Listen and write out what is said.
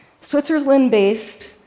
Switzerland-based